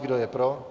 Kdo je pro?